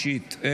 נתקבלה.